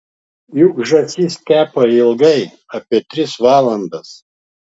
juk žąsis kepa ilgai apie tris valandas